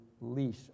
leash